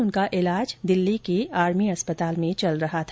उनका इलाज दिल्ली के आर्मी अस्पताल में चल रहा था